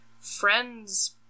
friend's